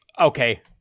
okay